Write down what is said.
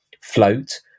float